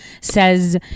says